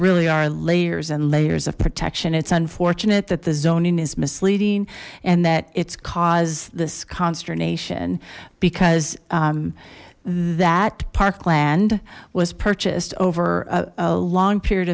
really are layers and layers of protection it's unfortunate that the zoning is misleading and that it's caused this consternation because that parkland was purchased over a long period